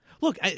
Look